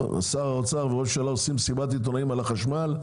שר האוצר וראש הממשלה עושים מסיבת עיתונאים על החשמל,